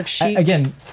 Again